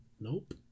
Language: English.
nope